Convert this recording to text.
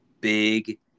big